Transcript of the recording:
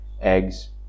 eggs